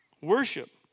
Worship